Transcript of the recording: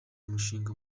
umushinga